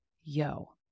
Yo